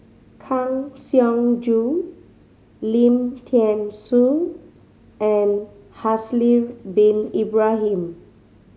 Kang Siong Joo Lim Thean Soo and Haslir Bin Ibrahim